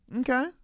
Okay